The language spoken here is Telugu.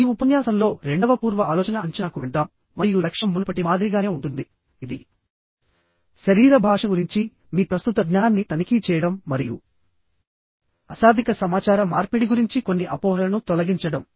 ఈ ఉపన్యాసంలో రెండవ పూర్వ ఆలోచన అంచనాకు వెళ్దాం మరియు లక్ష్యం మునుపటి మాదిరిగానే ఉంటుంది ఇది శరీర భాష గురించి మీ ప్రస్తుత జ్ఞానాన్ని తనిఖీ చేయడం మరియు అశాబ్దిక సమాచార మార్పిడి గురించి కొన్ని అపోహలను తొలగించడం